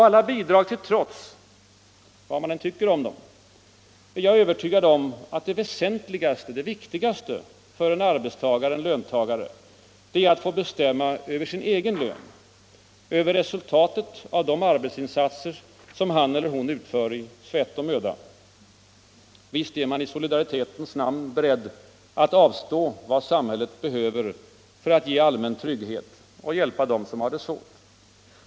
Alla bidrag till trots — vad man än tycker om dem — är jag övertygad om att det väsentligaste för en arbetstagare är att få bestämma över sin egen lön — över resultatet av de arbetsinsatser han eller hon utför i svett och möda. Visst är man i solidaritetens namn beredd att avstå vad samhället kräver för att ge allmän trygghet och hjälpa dem som har det svårt.